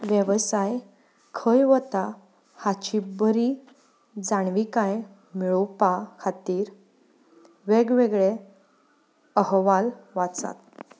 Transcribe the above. वेवसाय खंय वता हाची बरी जाणविकाय मेळोवपा खातीर वेगवेगळे अहवाल वाचात